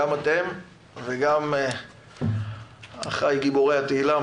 גם אתם וגם אחיי גיבורי התהילה,